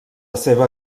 seva